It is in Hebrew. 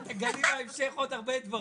את תגלי בהמשך עוד הרבה דברים.